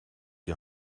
die